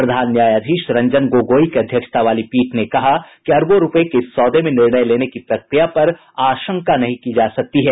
प्रधान न्यायधीश रंजन गोगोई की अध्यक्षता वाली पीठ ने कहा कि अरबों रूपये के इस सौदे में निर्णय लेने की प्रक्रिया पर आशंका नहीं की जा सकती है